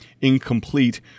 Incomplete